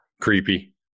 creepy